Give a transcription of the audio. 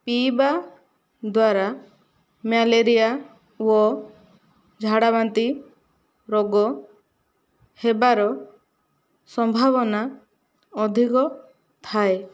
ପିଇବା ଦ୍ୱାରା ମ୍ୟାଲେରିଆ ଓ ଝାଡ଼ାବାନ୍ତି ରୋଗ ହେବାର ସମ୍ଭାବନା ଅଧିକ ଥାଏ